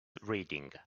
reading